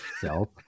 self